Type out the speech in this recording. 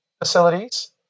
facilities